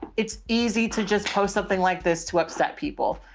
it's easy to just post something like this to upset people.